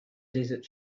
desert